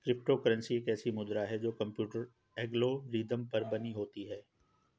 crypto currency एक ऐसी मुद्रा है जो कंप्यूटर एल्गोरिदम पर बनी होती है